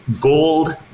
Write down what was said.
gold